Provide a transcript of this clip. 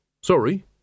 Sorry